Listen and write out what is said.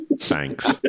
Thanks